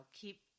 keep